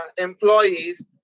employees